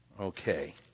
Okay